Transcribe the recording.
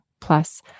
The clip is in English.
plus